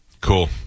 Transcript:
Cool